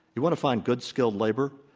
you want to find good skilled labor?